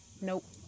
Nope